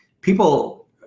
People